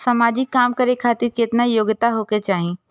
समाजिक काम करें खातिर केतना योग्यता होके चाही?